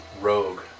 rogue